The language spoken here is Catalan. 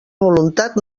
voluntat